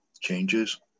changes